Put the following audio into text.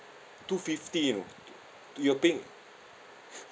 two fifty you know you're paying